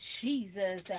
Jesus